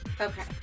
Okay